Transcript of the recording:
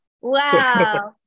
Wow